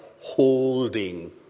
holding